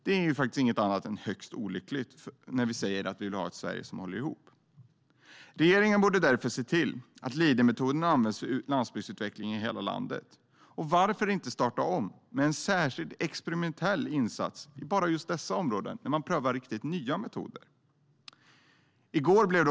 Det är inget annat än högst olyckligt när vi säger att vi vill ha ett Sverige som håller ihop. Regeringen borde därför se till att Leadermetoden används för landsbygdsutveckling i hela landet. Varför inte starta om med en särskild experimentell insats i bara dessa områden där riktigt nya metoder prövas?